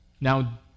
Now